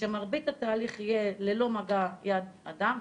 שמרבית התהליך יהיה ללא מגע יד אדם.